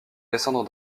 descendre